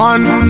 One